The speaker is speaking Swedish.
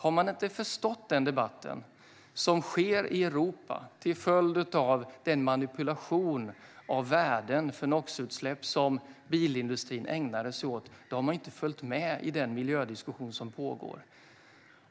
Om man inte har förstått den debatt som pågår i Europa till följd av den manipulation av värden för NOx-utsläpp som bilindustrin ägnade sig åt har man inte följt med i den miljödiskussion som pågår.